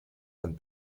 ein